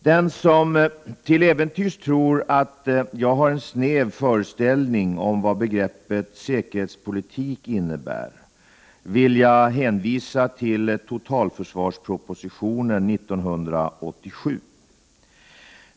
Den som till äventyrs tror att jag har en snäv föreställning om vad begreppet säkerhetspolitik innebär vill jag hänvisa till totalförsvarspropositionen 1987 .